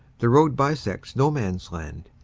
the road bisects no man's land,